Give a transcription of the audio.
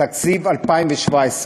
תקציב 2017,